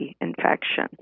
infection